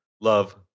love